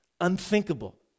unthinkable